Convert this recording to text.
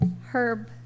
herb